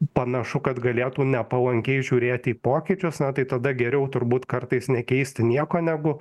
panašu kad galėtų nepalankiai žiūrėti į pokyčius na tai tada geriau turbūt kartais nekeisti nieko negu